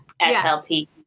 SLP